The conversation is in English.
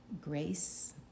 grace